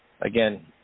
Again